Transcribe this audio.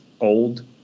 old